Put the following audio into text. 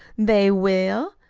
they will.